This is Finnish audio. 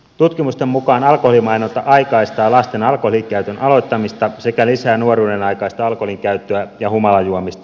tutkimusten mukaan alkoholimainonta aikaistaa lasten alkoholinkäytön aloittamista sekä lisää nuoruudenaikaista alkoholinkäyttöä ja humalajuomista